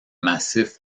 massif